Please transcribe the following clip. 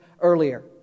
earlier